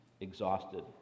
exhausted